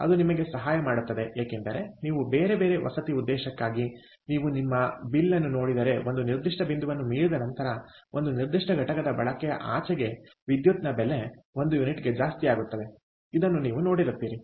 ಅದು ನಿಮಗೆ ಸಹಾಯ ಮಾಡುತ್ತದೆ ಏಕೆಂದರೆ ನೀವು ಬೇರೆ ಬೇರೆ ವಸತಿ ಉದ್ದೇಶಕ್ಕಾಗಿ ನೀವು ನಿಮ್ಮ ಬಿಲ್ ಅನ್ನು ನೋಡಿದರೆ ಒಂದು ನಿರ್ದಿಷ್ಟ ಬಿಂದುವನ್ನು ಮೀರಿದ ನಂತರ ಒಂದು ನಿರ್ದಿಷ್ಟ ಘಟಕದ ಬಳಕೆಯ ಆಚೆಗೆ ವಿದ್ಯುತ್ ನ ಬೆಲೆ ಒಂದು ಯೂನಿಟ್ಗೆ ಜಾಸ್ತಿ ಆಗುತ್ತದೆ ಇದನ್ನು ನೀವು ನೋಡುತ್ತೀರಿ